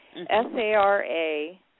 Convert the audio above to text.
S-A-R-A